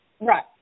Right